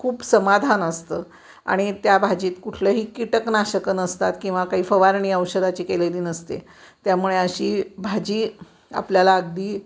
खूप समाधान असतं आणि त्या भाजीत कुठलंही कीटकनाशकं नसतात किंवा काही फवारणी औषधाची केलेली नसते त्यामुळे अशी भाजी आपल्याला अगदी